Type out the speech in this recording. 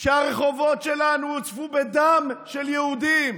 כשהרחובות שלנו הוצפו בדם של יהודים?